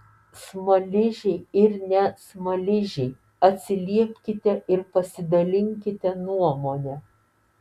smaližiai ir ne smaližiai atsiliepkite ir pasidalinkite nuomone